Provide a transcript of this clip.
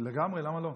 לגמרי, למה לא?